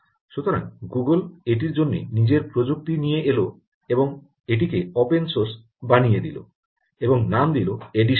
সুতরাং গুগল এটির জন্য নিজের প্রযুক্তি নিয়ে এলো এবং এটিকে ওপেন সোর্স বানিয়ে দিল এবং নাম দিল এডিস্টোন